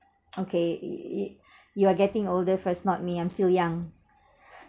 okay you you are getting older first not me I'm still young